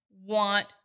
want